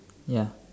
ya